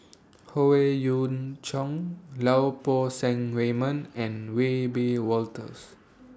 Howe Yoon Chong Lau Poo Seng Raymond and Wiebe Wolters